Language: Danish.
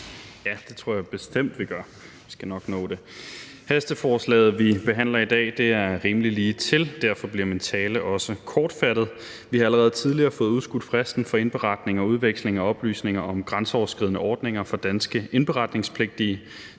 Det tror jeg bestemt vi gør, vi skal nok nå det. Hasteforslaget, vi behandler i dag, er rimeligt lige til. Derfor bliver min tale også kortfattet. Vi har allerede tidligere fået udskudt fristen for indberetning og udveksling af oplysninger om grænseoverskridende ordninger for danske indberetningspligtige.